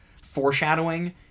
foreshadowing